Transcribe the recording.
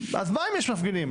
אז מה אם יש מפגינים,